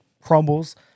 crumbles